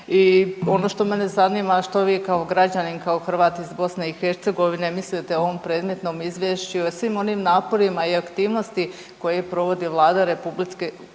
i ono što mene zanima što vi kao građanin, kao Hrvat iz BiH mislite o ovom predmetnom izvješću i o svim onim naporima i aktivnosti koje provodi Vlada RH putem